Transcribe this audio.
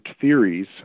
theories